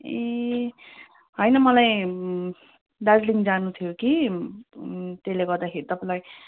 ए होइन मलाई दार्जिलिह जानु थियो कि त्यसले गर्दाखेरि तपाईँलाई